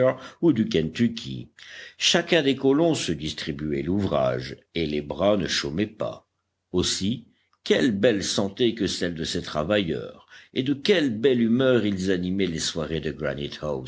chacun des colons se distribuait l'ouvrage et les bras ne chômaient pas aussi quelle belle santé que celle de ces travailleurs et de quelle belle humeur ils animaient les soirées de